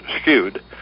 skewed